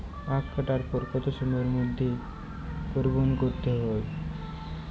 আখ কাটার পর কত সময়ের মধ্যে পরিবহন করতে হবে?